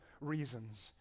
reasons